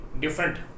different